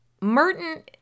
Merton